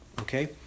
Okay